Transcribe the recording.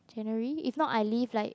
January if not I leave like